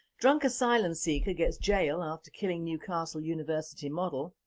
drunk asylum seeker gets jail after killing newcastle university model